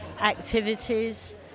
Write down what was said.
activities